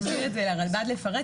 אני אשאיר את זה לרלב"ד לפרט,